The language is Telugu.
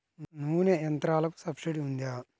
నూనె యంత్రాలకు సబ్సిడీ ఉందా?